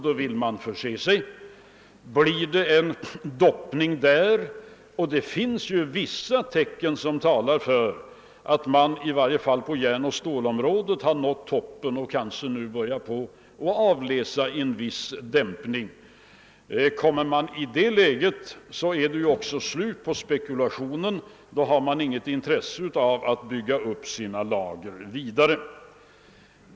Då vill man förse sig. Och blir det en doppning där — det finns ju vissa tecken som tyder på att man i varje fall på järnoch stålområdet har nått toppen och nu kanske kan börja avläsa en viss dämpning — så är det också slut på den spekulationen. Då har man inte längre något intresse av att bygga upp sina lager vidare.